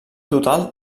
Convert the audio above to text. total